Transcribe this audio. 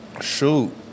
Shoot